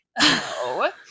no